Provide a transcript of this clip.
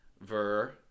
ver